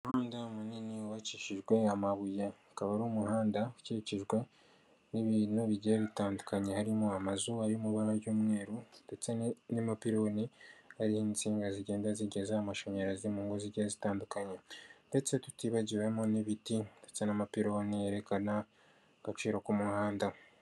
Umuhanda munini wubakikishijwe n'amabuye akaba ari umuhanda ukikijwe n'ibintu bigiye bitandukanye harimo amazu ari mu ibara ry'umweru ndetse n'amapiloni hariho insinga zigenda zigeza amashanyarazi mu ngo zigeye zitandukanye ndetse tutibagiwemo n'ibiti ndetse n'amapironi yerekana agaciro k'umuhanda.